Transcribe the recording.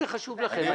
לכם?